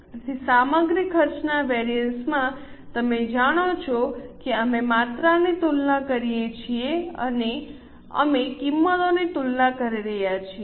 તેથી સામગ્રી ખર્ચના વેરિએન્સ માં તમે જાણો છો કે અમે માત્રાની તુલના કરીએ છીએ અને અમે કિંમતોની તુલના કરી રહ્યા છીએ